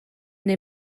neu